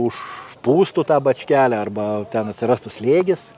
užpūstų tą bačkelę arba ten atsirastų slėgis